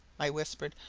i whispered.